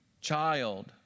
child